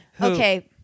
Okay